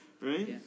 Right